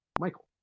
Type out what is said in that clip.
Michael